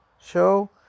show